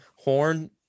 Horn